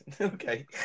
Okay